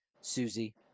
Susie